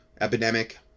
epidemic